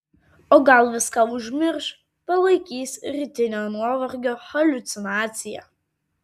o gal viską užmirš palaikys rytinio nuovargio haliucinacija